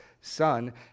son